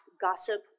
gossip